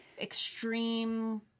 extreme